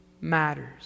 matters